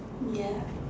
ya